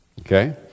Okay